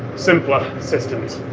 simpler systems.